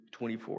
24